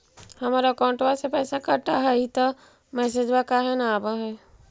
हमर अकौंटवा से पैसा कट हई त मैसेजवा काहे न आव है?